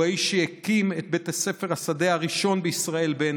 הוא האיש שהקים את בית ספר שדה הראשון בעין